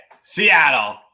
Seattle